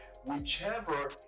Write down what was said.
whichever